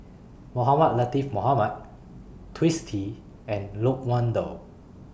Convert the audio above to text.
Mohamed Latiff Mohamed Twisstii and Loke Wan Tho